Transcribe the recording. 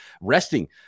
resting